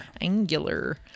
Angular